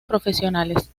profesionales